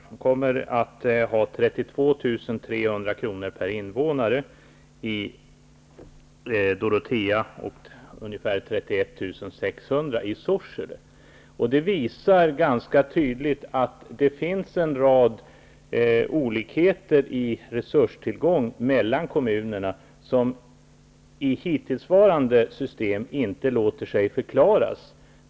Man kommer att ha 32 300 kr. per invånare i Dorotea och ungefär 31 600 kr. i Sorsele. Det visar ganska tydligt att det finns en rad olikheter i resurstillgång mellan kommunerna som i hittillsvarande system inte låter sig förklaras.